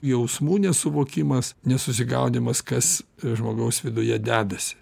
jausmų nesuvokimas nesusigaudymas kas žmogaus viduje dedasi